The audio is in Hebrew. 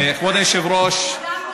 כבוד היושב-ראש,